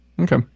Okay